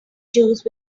juice